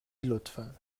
لطفا